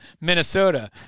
Minnesota